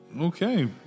Okay